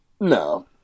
No